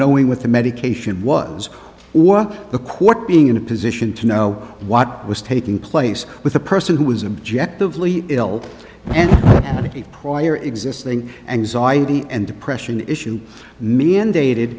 knowing what the medication was or the court being in a position to know what was taking place with a person who was an object of lee ill and prior existing anxiety and depression issues mandated